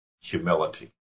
humility